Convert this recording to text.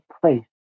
place